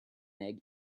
egg